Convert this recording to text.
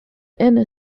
inner